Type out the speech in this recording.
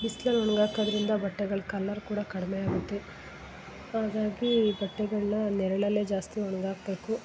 ಬಿಸ್ಲಲ್ಲಿ ಒಣ್ಗಾಕೋದರಿಂದ ಬಟ್ಟೆಗಳ ಕಲರ್ ಕೂಡ ಕಡ್ಮೆ ಆಗುತ್ತೆ ಹಾಗಾಗಿ ಬಟ್ಟೆಗಳನ್ನ ನೆರ್ಳಲ್ಲೆ ಜಾಸ್ತಿ ಒಣ್ಗಾಕಬೇಕು